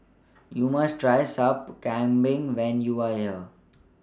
YOU must Try Sup Kambing when YOU Are here